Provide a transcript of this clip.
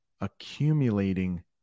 Accumulating